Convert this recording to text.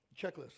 checklist